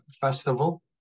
Festival